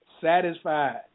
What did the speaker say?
satisfied